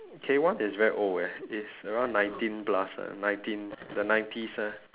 k-one is very old eh it's around nineteen plus nineteen the nineties ah